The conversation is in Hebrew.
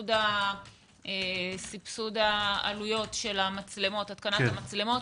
סבסוד עלויות התקנת מצלמות.